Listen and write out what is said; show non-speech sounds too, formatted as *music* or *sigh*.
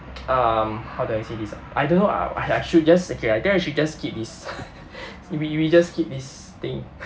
um how do I say this ah I don't know ah I *breath* I should just okay I think I should just skip this *laughs* we we just skip this thing